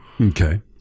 Okay